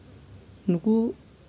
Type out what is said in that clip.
ᱩᱱᱠᱩ